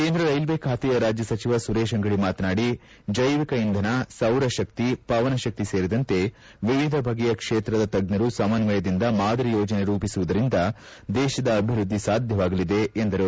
ಕೇಂದ್ರ ರೈಲ್ವೆ ಖಾತೆಯ ರಾಜ್ಯ ಸಚಿವ ಸುರೇಶ್ ಅಂಗಡಿ ಮಾತನಾಡಿ ಜೈವಿಕ ಇಂಧನ ಸೌರಶಕ್ತಿ ಪವನಶಕ್ತಿ ಸೇರಿದಂತೆ ವಿವಿಧ ಬಗೆಯ ಕ್ಷೇತ್ರದ ತಜ್ಞರು ಸಮಸ್ವಯದಿಂದ ಮಾದರಿ ಯೋಜನೆ ರೂಪಿಸುವುದರಿಂದ ದೇಶದ ಅಭಿವೃದ್ದಿ ಸಾಧ್ಯವಾಗಲಿದೆ ಎಂದರು